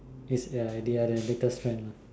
it's the idea that latest trend lah